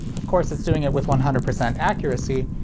of course it's doing it with one hundred percent accuracy,